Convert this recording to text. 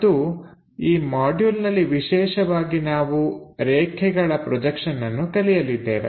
ಮತ್ತು ಈ ಮಾಡ್ಯೂಲ್ನಲ್ಲಿ ವಿಶೇಷವಾಗಿ ನಾವು ರೇಖೆಗಳ ಪ್ರೊಜೆಕ್ಷನ್ಅನ್ನು ಕಲಿಯಲಿದ್ದೇವೆ